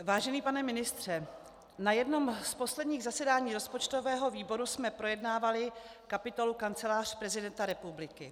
Vážený pane ministře, na jednom z posledních zasedání rozpočtového výboru jsme projednávali kapitolu Kancelář prezidenta republiky.